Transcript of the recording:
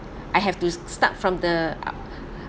I have to start from the